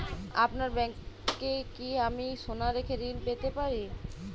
আপনার ব্যাংকে কি আমি সোনা রেখে ঋণ পেতে পারি?